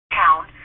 town